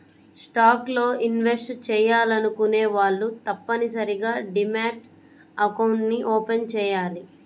stocks లో invest చెయ్యాలనుకునే వాళ్ళు తప్పనిసరిగా డీమ్యాట్ అకౌంట్ని ఓపెన్ చెయ్యాలి